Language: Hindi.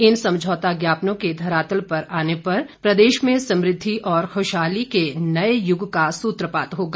इन समझौता ज्ञापनों के धरातल पर आने पर प्रदेश में समृद्धि और खुशहाली के नए युग का सूत्रपात होगा